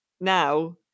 now